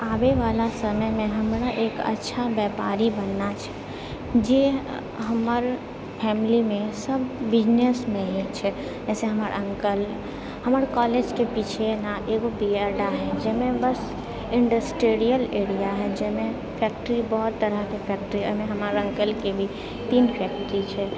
आबैवला समयमे हमरा एक अच्छा बेपारी बनना छै जे हमर फैमिलीमे सब बिजनेसमे ही छै एहिसँ हमर अङ्कल हमर कॉलेजके पीछे ने एगो बेएरडा हइ जाहिमे ने बस इन्डस्ट्रियल एरिया हइ जाहिमे फैक्ट्री बहुत तरहके फैक्ट्री ओहिमे हमर अङ्कलके भी तीन फैक्ट्री छै